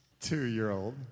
two-year-old